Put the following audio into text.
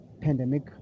pandemic